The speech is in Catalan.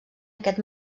aquest